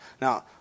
Now